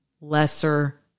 lesser